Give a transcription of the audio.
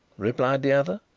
replied the other,